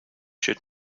should